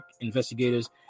investigators